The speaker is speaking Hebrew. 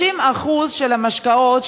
30% של המשקאות,